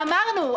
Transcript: אמרנו,